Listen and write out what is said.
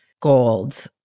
gold